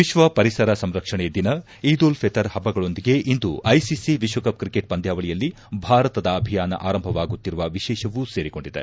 ವಿಶ್ವ ಪರಿಸರ ಸಂರಕ್ಷಣೆ ದಿನ ಈದ್ ಉಲ್ ಫಿತ್ರ್ ಹಬ್ಬಗಳೊಂದಿಗೆ ಇಂದು ಐಸಿಸಿ ವಿಶ್ವಕಪ್ ಕ್ರಿಕೆಟ್ ಪಂದ್ವಾವಳಿಯಲ್ಲಿ ಭಾರತದ ಅಭಿಯಾನ ಆರಂಭವಾಗುತ್ತಿರುವ ವಿಶೇಷವೂ ಸೇರಿಕೊಂಡಿದೆ